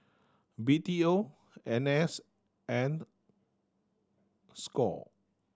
B T O N S and score